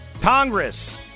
Congress